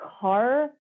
car